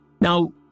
Now